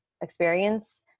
experience